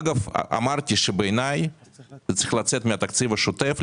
אמרתי שבעיניי זה צריך לצאת מהתקציב השוטף.